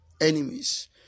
enemies